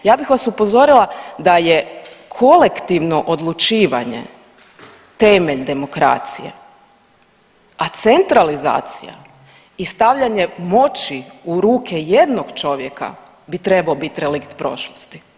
Ja bih vas upozorila da je kolektivno odlučivanje temelj demokracije, a centralizacija i stavljanje moći u ruke jednog čovjeka bi trebao bit relikt prošlosti.